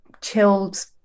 chilled